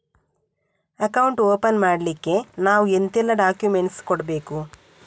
Account open ಮಾಡ್ಲಿಕ್ಕೆ ನಾವು ಎಂತೆಲ್ಲ ಡಾಕ್ಯುಮೆಂಟ್ಸ್ ಕೊಡ್ಬೇಕು?